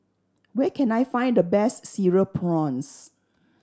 where can I find the best Cereal Prawns